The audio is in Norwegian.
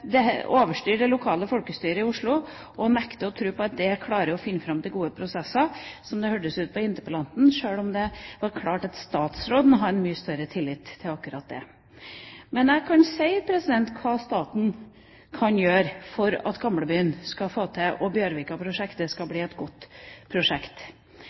det lokale folkestyret i Oslo, og nekte å tro at det kan klare å finne fram til gode prosesser, slik som det hørtes ut fra interpellanten – sjøl om det var klart at statsråden har en mye større tillit til akkurat det. Men jeg kan si hva staten kan gjøre for at Gamlebyen og Bjørvika-prosjektet skal